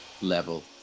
level